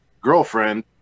girlfriend